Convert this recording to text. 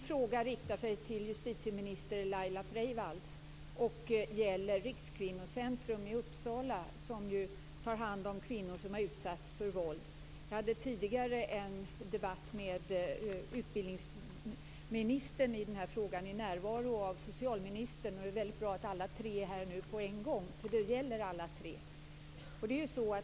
Fru talman! Min fråga riktar sig till justitieminister Laila Freivalds. Den gäller Rikskvinnocentrum i Uppsala, som ju tar hand om kvinnor som har utsatts för våld. Jag hade tidigare en debatt med utbildningsministern i denna fråga i närvaro av socialministern. Det är väldigt bra att alla tre nu är här på en gång, för det här gäller alla tre.